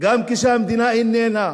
גם כשהמדינה איננה,